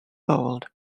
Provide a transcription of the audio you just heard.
bold